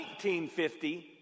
1950